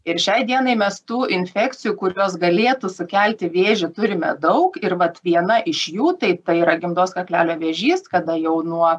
ir šiai dienai mes tų infekcijų kurios galėtų sukelti vėžį turime daug ir vat viena iš jų tai tai yra gimdos kaklelio vėžys kada jau nuo